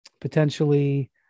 potentially